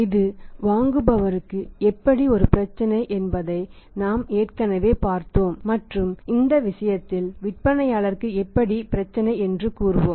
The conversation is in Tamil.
இது வாங்குபவருக்கு எப்படி ஒரு பிரச்சினை என்பதை நாம் ஏற்கனவே பார்த்தோம் மற்றும் இந்த விஷயத்தில் விற்பனையாளருக்கும் எப்படி பிரச்சினை என்று கூறுவோம்